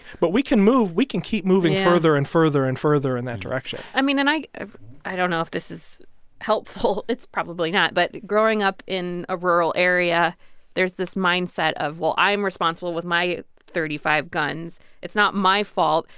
but we can move we can keep moving further and further and further in that direction i mean, and i i don't know if this is helpful. it's probably not, but growing up in a rural area there's this mindset of, well, i'm responsible with my thirty five guns. it's not my fault.